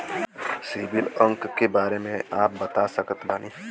CIBIL अंक के बारे मे का आप बता सकत बानी?